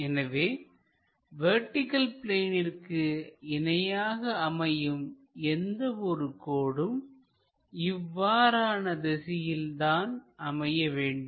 எனவே வெர்டிகள் பிளேனிற்கு இணையாக அமையும் எந்த ஒரு கோடும் இவ்வாறான திசையில்தான் அமைய வேண்டும்